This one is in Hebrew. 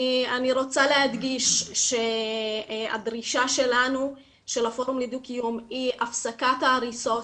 אני רוצה להדגיש שהדרישה שלנו של הפורום לדו קיום היא הפסקת ההריסות